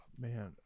Man